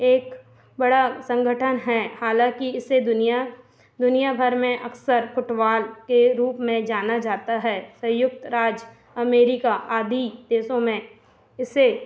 एक बड़ा संगठन है हालाँकि इसे दुनिया दुनियाभर में अक्सर फ़ुटवाल के रूप में जाना जाता है संयुक्त राज्य अमेरिका आदि देशों में इसे